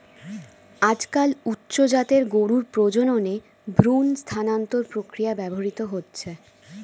আজকাল উচ্চ জাতের গরুর প্রজননে ভ্রূণ স্থানান্তর প্রক্রিয়া ব্যবহৃত হচ্ছে